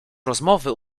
rozmowy